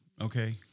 Okay